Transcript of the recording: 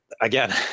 Again